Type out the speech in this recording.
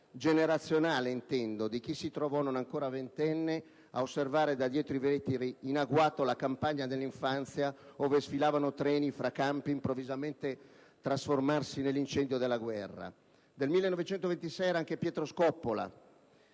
generazionale - intendo - di chi si trovò non ancora ventenne ad osservare, da dietro i vetri, in agguato, la campagna dell'infanzia ove sfilavano treni fra campi che improvvisamente vedeva trasformarsi nell'incendio della guerra. Del 1926 era anche Pietro Scoppola,